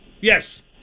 Yes